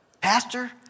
Pastor